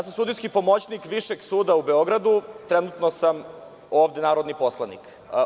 Sudijski sam pomoćnik Višeg suda u Beogradu i trenutno sam ovde narodni poslanik.